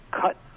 cut